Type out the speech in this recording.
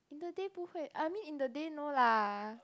in the day bu hui I mean in the day no lah